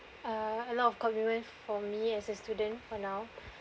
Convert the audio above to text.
uh a lot of commitment for me as a student for now